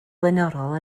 flaenorol